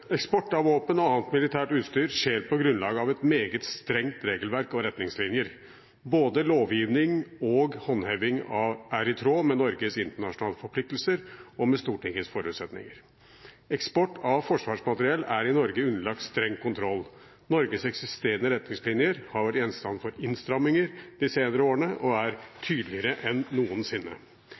eksport av våpen og annet militært utstyr skjer på grunnlag av et meget strengt regelverk og strenge retningslinjer. Både lovgivning og håndheving er i tråd med Norges internasjonale forpliktelser og med Stortingets forutsetninger. Eksport av forsvarsmateriell er i Norge underlagt streng kontroll. Norges eksisterende retningslinjer har vært gjenstand for innstramminger de senere årene og er tydeligere enn noensinne.